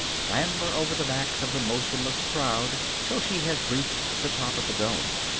clamber over the backs of the motionless crowd till she has reached the top of the dome.